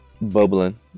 bubbling